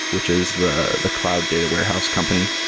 which is the the cloud data warehouse company.